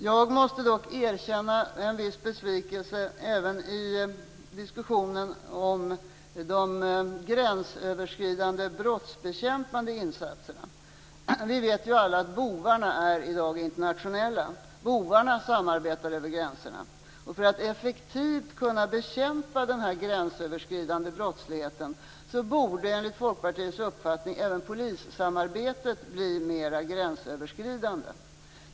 Jag måste dock erkänna en viss besvikelse även i diskussionen om insatserna för bekämpningen av den gränsöverskridande brottsligheten. Vi vet alla att bovarna i dag är internationella, bovarna samarbetar över gränserna. För att effektivt kunna bekämpa den gränsöverskridande brottsligheten borde enligt Folkpartiets uppfattning även polissamarbetet blir mera gränsöverskridande.